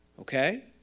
Okay